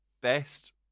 Best